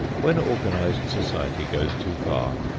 when organized society goes too far,